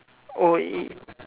oh it